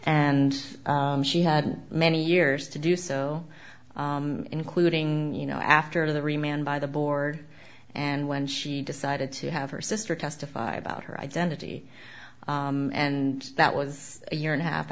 and she had many years to do so including you know after the remained by the board and when she decided to have her sister testify about her identity and that was a year and a half